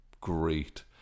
great